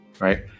right